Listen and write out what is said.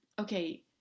okay